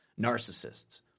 narcissists